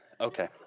Okay